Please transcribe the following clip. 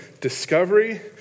discovery